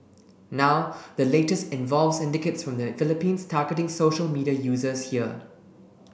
now the latest involves syndicates from the Philippines targeting social media users here